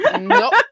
Nope